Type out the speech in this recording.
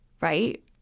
Right